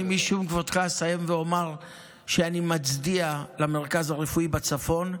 משום כבודך אסיים ואומר שאני מצדיע למרכז הרפואי צפון.